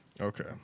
okay